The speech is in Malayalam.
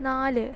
നാല്